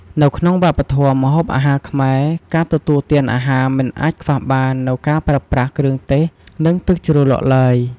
នៅក្នុងវប្បធម៌ម្ហូបអាហារខ្មែរ ការទទួលទានអាហារមិនអាចខ្វះបាននូវការប្រើប្រាស់គ្រឿងទេស និងទឹកជ្រលក់ឡើយ។